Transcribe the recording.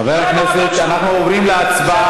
אל תפריע, חברי הכנסת, אנחנו עוברים להצבעה.